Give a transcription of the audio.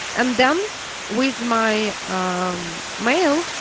and then with my, um, mail,